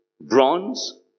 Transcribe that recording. Bronze